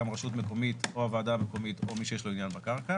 רשות מקומית או ועדה מקומית או מי שיש לו עניין בקרקע,